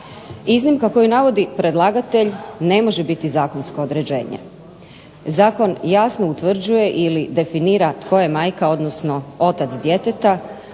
Iznimka koju navodi predlagatelj ne može biti zakonsko određenje. Zakon jasno utvrđuje ili definira tko je majka, odnosno otac djeteta